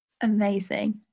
Amazing